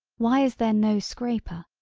why is there no scraper,